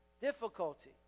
difficulty